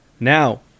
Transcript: Now